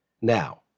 Now